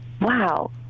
wow